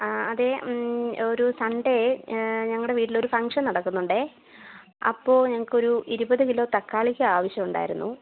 അതെ ഒരു സൺഡേ ഞങ്ങളുടെ വീട്ടിൽ ഒരു ഫങ്ക്ഷൻ നടക്കുന്നുണ്ട് അപ്പോൾ ഞങ്ങൾക്ക് ഒരു ഇരുപത് കിലോ തക്കാളിക്ക് ആവശ്യമുണ്ടായിരുന്നു